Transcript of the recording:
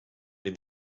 dem